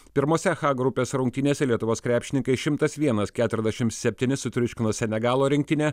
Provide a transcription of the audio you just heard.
pirmose h grupės rungtynėse lietuvos krepšininkai šimtas vienas keturiasdešimt septyni sutriuškino senegalo rinktinę